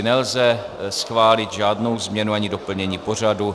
Nelze schválit žádnou změnu ani doplnění pořadu.